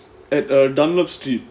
at err dunlop street